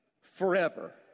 forever